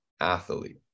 athlete